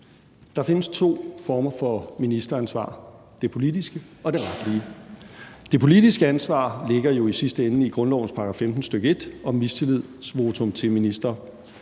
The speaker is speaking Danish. Der findes to former for ministeransvar: det politiske og det retlige. Det politiske ansvar ligger jo i sidste ende i grundlovens § 15, stk. 1, om mistillidsvotum til en minister.